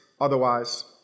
otherwise